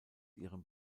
ihrem